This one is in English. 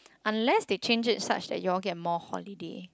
unless they change it such that you get more holiday